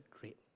great